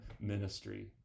ministry